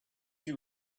you